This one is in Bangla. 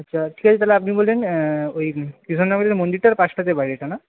আচ্ছা ঠিক আছে তাহলে আপনি বললেন ওই বিধাননগরের মন্দিরটার পাশটাতে বাড়িটা না